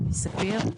יוני ספיר.